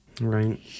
Right